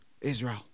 israel